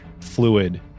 fluid